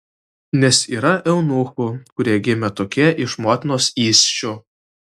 nes yra eunuchų kurie gimė tokie iš motinos įsčių